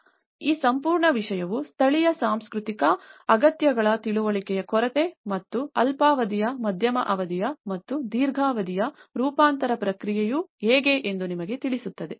ಆದ್ದರಿಂದ ಈ ಸಂಪೂರ್ಣ ವಿಷಯವು ಸ್ಥಳೀಯ ಸಾಂಸ್ಕೃತಿಕ ಅಗತ್ಯಗಳ ತಿಳುವಳಿಕೆಯ ಕೊರತೆ ಮತ್ತು ಅಲ್ಪಾವಧಿಯ ಮಧ್ಯಮ ಅವಧಿಯ ಮತ್ತು ದೀರ್ಘಾವಧಿಯ ರೂಪಾಂತರ ಪ್ರಕ್ರಿಯೆಯು ಹೇಗೆ ಎಂದು ನಮಗೆ ತಿಳಿಸುತ್ತದೆ